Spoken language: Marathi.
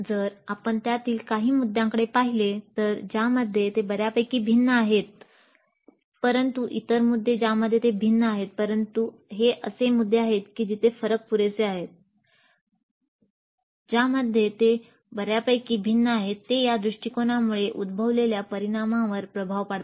जर आपण त्यातील काही मुद्द्यांकडे पाहिले तर ज्यामध्ये ते बऱ्यापैकी भिन्न आहेत ते या दृष्टिकोनांमुळे उद्भवलेल्या परिणामावर प्रभाव पाडतात